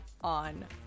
on